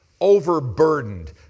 overburdened